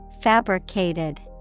Fabricated